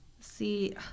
See